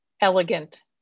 elegant